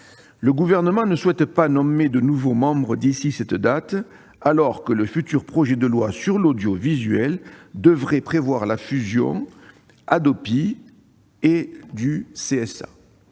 Le Gouvernement ne souhaite pas nommer de nouveaux membres d'ici à cette date, alors que le futur projet de loi sur l'audiovisuel devrait prévoir la fusion de la